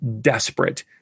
desperate